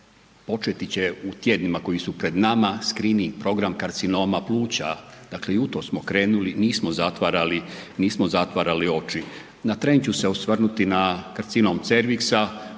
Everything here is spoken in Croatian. početi će u tjednima koji su pred nama screening program karcinoma pluća, dakle i u tom smo krenuli, nismo zatvarali oči. Na tren ću se osvrnuti na karcinom cerviksa,